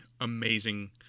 amazing